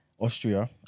Austria